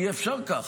אי-אפשר ככה.